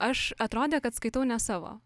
aš atrodė kad skaitau ne savo